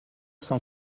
cent